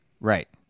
Right